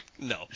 No